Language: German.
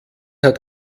hat